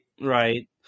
right